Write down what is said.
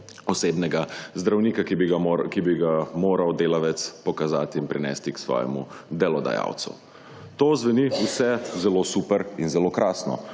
osebnega zdravnika, ki bi ga moral delavec pokazati in prinesti k svojemu delodajalcu. To zveni vse zelo super in zelo krasno.